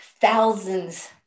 thousands